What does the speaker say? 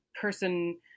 person